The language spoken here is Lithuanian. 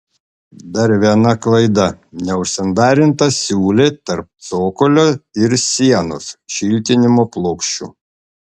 dar viena klaida neužsandarinta siūlė tarp cokolio ir sienos šiltinimo plokščių